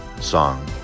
song